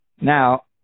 Now